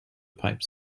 pipes